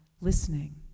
listening